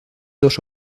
dos